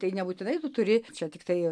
tai nebūtinai tu turi čia tiktai